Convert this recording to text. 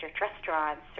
restaurants